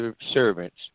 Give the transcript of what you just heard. servants